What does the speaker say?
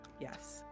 Yes